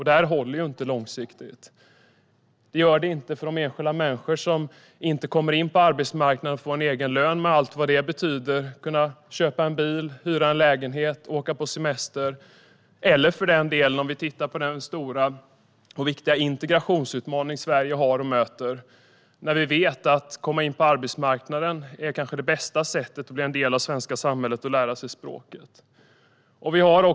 Detta håller inte långsiktigt för de enskilda människor som inte kommer in på arbetsmarknaden och som inte får en egen lön med allt vad det betyder - kunna köpa en bil, hyra en lägenhet och åka på semester. Det håller för den delen heller inte om vi tittar på den stora och viktiga integrationsutmaning som Sverige har och möter, när vi vet att det kanske bästa sättet att bli en del av det svenska samhället och lära sig språket är att komma in på arbetsmarknaden.